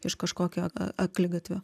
iš kažkokio a akligatvio